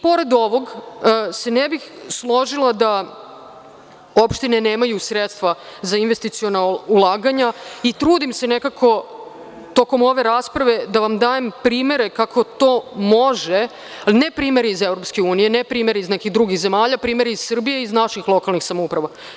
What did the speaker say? Pored ovoga se ne bih složila da opštine nemaju sredstva za investiciona ulaganja i trudim se nekako tokom ove rasprave da vam dajem primere kako to može, ali ne primere iz EU, ne primere iz nekih drugih zemalja, već primere iz Srbije i naših lokalnih samouprava.